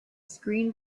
screen